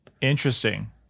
Interesting